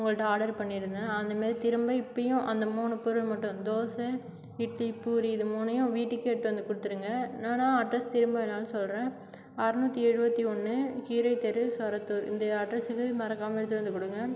உங்கள்கிட்ட ஆர்டர் பண்ணியிருந்த அந்த மாதிரி திரும்ப இப்பவும் அந்த மூணு பொருள் மட்டும் தோசை இட்லி பூரி இது மூணையும் வீட்டுக்கு எடுத்துகிட்டு வந்து கொடுத்துடுங்க நான் வேணா அட்ரெஸ் திரும்ப வேணாலும் சொல்றேன் அறநூற்றி எழுபத்தி ஒன்று கீழை தெரு சொரத்தூர் இந்த அட்ரெஸுக்கு மறக்காமல் எடுத்துகிட்டு வந்து கொடுங்க